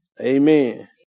Amen